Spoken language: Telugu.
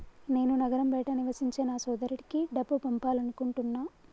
నేను నగరం బయట నివసించే నా సోదరుడికి డబ్బు పంపాలనుకుంటున్నా